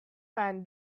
man